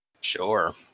Sure